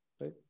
right